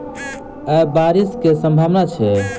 आय बारिश केँ सम्भावना छै?